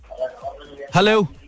Hello